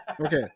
Okay